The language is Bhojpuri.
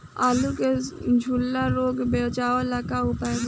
आलू के झुलसा रोग से बचाव ला का उपाय बा?